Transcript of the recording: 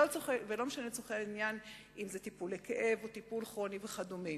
לצורך העניין לא משנה אם זה לטיפול בכאב או לטיפול בחולה כרוני וכדומה.